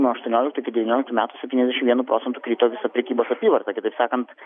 nuo aštuonioliktų iki devynioliktų metų septyniasdešimt vienu procentu krito visos prekybos apyvarta kitaip sakant